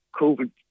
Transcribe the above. covid